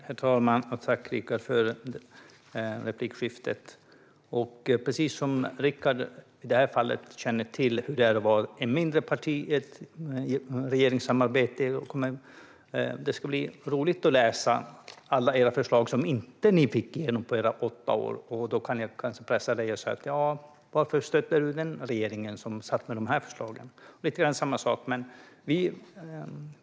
Herr talman! Tack, Rickard, för replikskiftet! Rickard känner till hur det är att vara ett mindre parti i ett regeringssamarbete. Det ska bli roligt att läsa om alla era förslag som ni inte fick genomföra under era åtta år. Då kan jag pressa dig och säga: Varför stödde du den regeringen, som satt med de här förslagen? Det är lite grann samma sak.